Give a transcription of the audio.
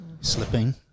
slipping